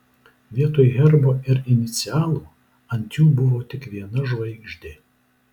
vietoj herbo ir inicialų ant jų buvo tik viena žvaigždė